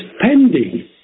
pending